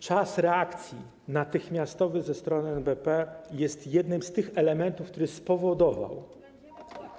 Czas reakcji - natychmiastowej ze strony NBP - jest jednym z elementów, które spowodowały.